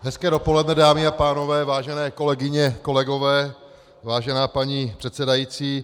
Hezké dopoledne dámy a pánové, vážené kolegyně, kolegové, vážená paní předsedající.